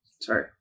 Sorry